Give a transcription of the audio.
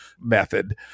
method